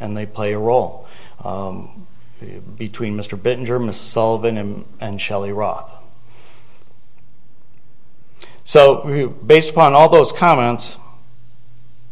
and they play a role between mr bin german's solving him and shell iraq so based upon all those comments